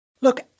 Look